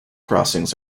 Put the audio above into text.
crossings